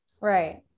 Right